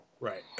Right